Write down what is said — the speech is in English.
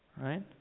Right